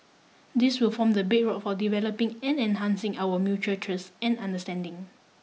this will form the bedrock for developing and enhancing our mutual trust and understanding